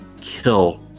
kill